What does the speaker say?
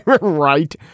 right